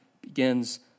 begins